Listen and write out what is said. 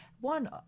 One